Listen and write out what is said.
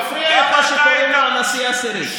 מפריע לך שקוראים לו הנשיא העשירי.